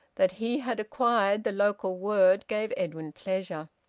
that he had acquired the local word gave edwin pleasure.